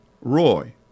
Roy